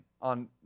on